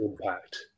impact